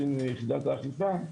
עורכת הדין מיחידת האכיפה,